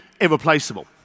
irreplaceable